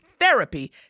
THERAPY